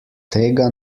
tega